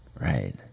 Right